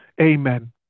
amen